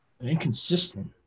inconsistent